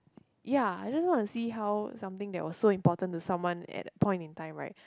ya I just want to see how something that was so important to someone at that point in time right